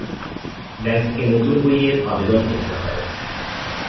bank থেকে নতুন বইয়ের আবেদন করতে হয়